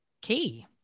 key